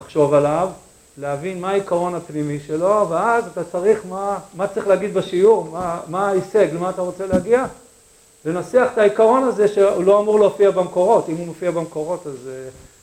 לחשוב עליו להבין מה העיקרון הפנימי שלו ואז אתה צריך מה צריך להגיד בשיעור מה ההישג למה אתה רוצה להגיע ונסח את העיקרון הזה שלא אמור להופיע במקורות אם הוא מופיע במקורות אז